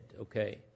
okay